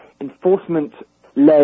enforcement-led